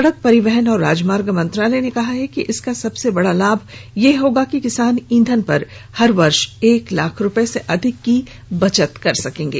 सड़क परिवहन और राजमार्ग मंत्रालय ने कहा है कि इसका सबसे बड़ा लाभ यह होगा कि किसान ईंधन पर हर वर्ष एक लाख रुपए से अधिक की बचत कर सकेंगे